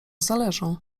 zależą